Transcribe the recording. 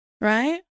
Right